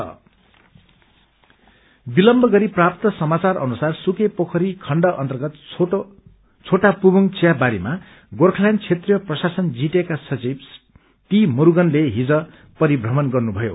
मिजिट विलम्ब गरी प्रात्त समाचार अनुसार सुकेपोखरी खण्ड अन्तर्गत छोटा पूबोंग वियावारीमा गोर्खाल्याण्ड क्षेत्रीय प्रशासन जीटीएका सचिव टी मुरूगनले हिज परिथ्रमण गर्नुभयो